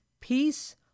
peace